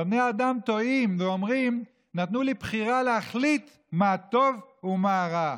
אבל בני האדם טועים ואומרים: נתנו לי בחירה להחליט מה הטוב ומה הרע,